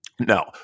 No